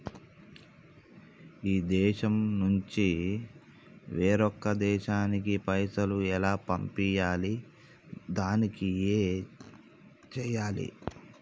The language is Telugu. ఈ దేశం నుంచి వేరొక దేశానికి పైసలు ఎలా పంపియ్యాలి? దానికి ఏం చేయాలి?